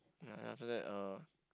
then then after that uh